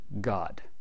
God